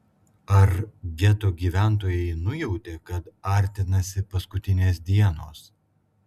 ar geto gyventojai nujautė kad artinasi paskutinės dienos